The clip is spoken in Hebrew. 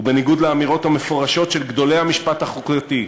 ובניגוד לאמירות המפורשות של גדולי המשפט החוקתי,